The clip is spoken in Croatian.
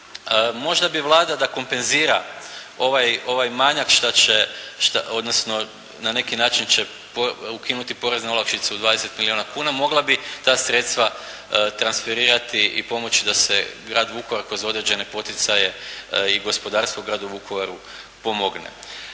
možda bi Vlada da kompenzira ovaj manjak što će, odnosno na neki način će ukinuti porezne olakšice u 20 milijuna kuna, mogla bi ta sredstva transferirati i pomoći da se grad Vukovar kroz određene poticaje i gospodarstvo u gradu Vukovaru pomogne.